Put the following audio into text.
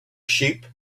sheep